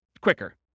quicker